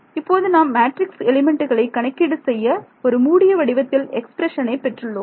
இப்போது நாம் மேட்ரிக்ஸ் எலிமெண்ட்டுகளை கணக்கீடு செய்ய ஒரு மூடிய வடிவத்தில் எக்ஸ்பிரஷனை பெற்றுள்ளோம்